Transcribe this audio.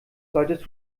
solltest